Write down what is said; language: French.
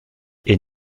est